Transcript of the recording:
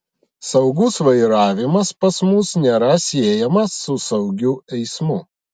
saugus vairavimas pas mus nėra siejamas su saugiu eismu